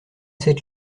cette